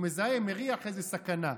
הוא מזהה, מריח סכנה.